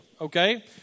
okay